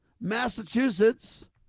Massachusetts